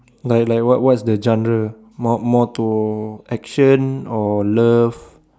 like like what what is the genre more more to actions or love